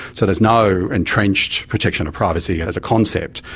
so there's no entrenched protection of privacy as a concept.